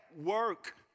Work